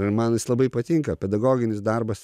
ir man jis labai patinka pedagoginis darbas